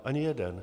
Ani jeden.